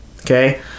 Okay